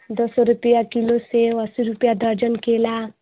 दो सौ रुपये किलो सेब अस्सी रुपये दर्जन केला